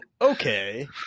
okay